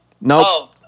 Nope